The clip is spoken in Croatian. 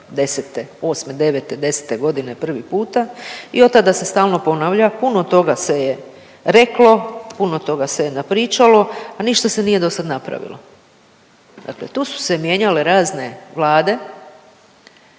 '08., '09. '10. godine prvi puta i od tada se stalno ponavlja. Puno toga se je reklo, puno toga se je napričalo, a ništa se nije dosad napravilo. Dakle, tu su se mijenjale razne vlade